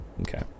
Okay